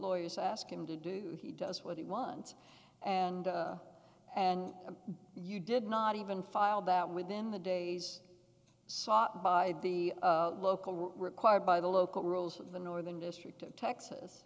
lawyers ask him to do he does what he wants and and you did not even file that within the days sought by the local required by the local rules of the northern district of texas